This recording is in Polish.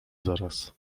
zaraz